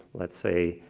let's say,